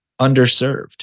underserved